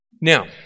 Now